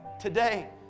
Today